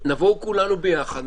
נבוא כולנו ביחד,